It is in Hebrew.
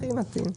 הכי מתאים.